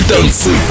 Dance